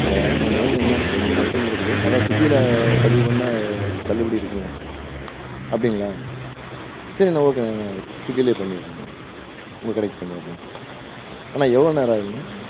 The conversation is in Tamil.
இதுதான் ஆனால் இன்னும் வேணும் இன்னும் ரெண்டு மூணு ஐட்டம்லாம் இருக்குது அதுதான் ஸ்விக்கியில் பதிவு பண்ணால் தள்ளுபடி இருக்குங்களா அப்படிங்களா சரிணா ஓகேணா நான் ஸ்விக்கியில் பண்ணிவிடுறேங்க உங்கள் கடைக் பண்ணிவிடுறேன் அண்ணா எவ்வளோ நேரம் ஆகுணா